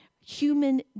human